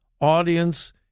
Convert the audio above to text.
audience